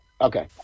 okay